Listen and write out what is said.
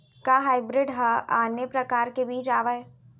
का हाइब्रिड हा आने परकार के बीज आवय?